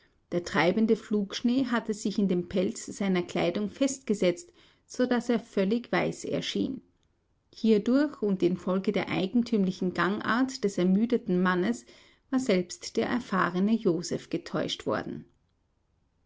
der treibende flugschnee hatte sich in dem pelz seiner kleidung festgesetzt so daß er völlig weiß erschien hierdurch und infolge der eigentümlichen gangart des ermüdeten mannes war selbst der erfahrene joseph getäuscht worden